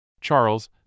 Charles